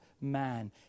man